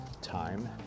time